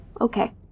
Okay